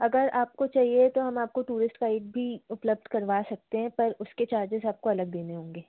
अगर आपको चाहिए तो हम आपको टूरिस्ट गाइड भी उपलब्ध करवा सकते हैं पर उसके चार्जेस आपको अलग देने होंगे